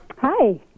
Hi